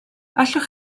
allwch